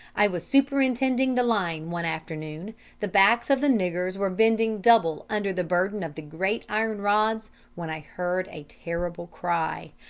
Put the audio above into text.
i was superintending the line one afternoon the backs of the niggers were bending double under the burden of the great iron rods when i heard a terrible cry.